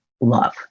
love